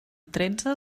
tretze